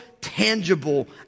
tangible